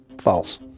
False